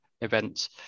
events